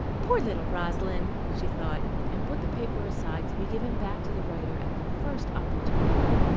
poor little rosalind, she thought, and put the paper aside, to be given back to the writer at the first opportunity.